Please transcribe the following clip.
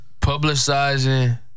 publicizing